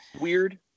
Weird